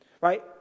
right